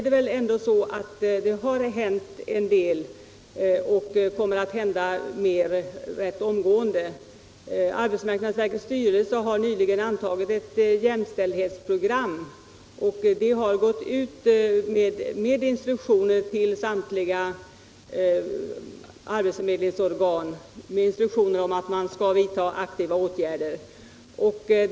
Det har emellertid hänt en del och kommer att hända mer rätt omgående. Arbetsmarknadsverkets styrelse har nyligen antagit ett jämställdhetsprogram. Det har gått ut till samtliga arbetsförmedlingsorgan, med instruktioner om att man skall vidta aktiva åtgärder.